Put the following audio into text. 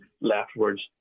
leftwards